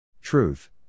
Truth